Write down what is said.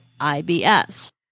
IBS